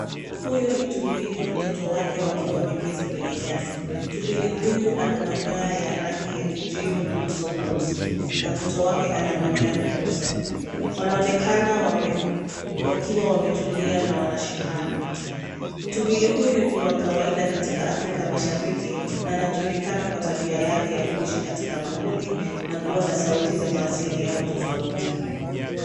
Huyu ni tumbili na mtoto wake wakiwa wameketi kwenye nyasi. Tumbili huyu ana manyoya rangi ya kijivu na uso mweusi na mtoto wake ana manyoya meusi. Wanaonekana wame... wakiwa wametulia na wanashikana. Tumbili huyu ni wa kawaidia katika afrika mashariki na anajulikana kwa tabia yake ya kuishi katika makundi na kuwa na sauti ya mawasiliano tofauti.